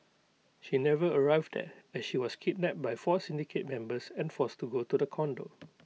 she never arrived there as she was kidnapped by four syndicate members and forced to go to the condo